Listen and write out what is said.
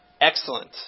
Excellent